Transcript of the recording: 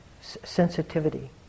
sensitivity